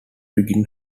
wiggin